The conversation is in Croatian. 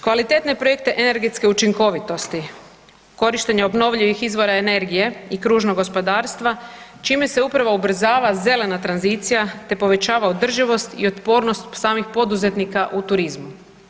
Kvalitetne projekte energetske učinkovitosti, korištenje obnovljivih izvora energije i kružnog gospodarstva čime se upravo ubrzava zelena tranzicija, te povećava održivost i otpornost samih poduzetnika u turizmu.